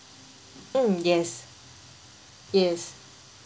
mm yes yes